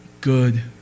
good